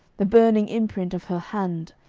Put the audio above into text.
the burning imprint of her hand,